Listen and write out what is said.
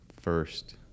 first